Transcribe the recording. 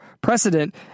precedent